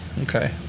Okay